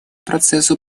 процессу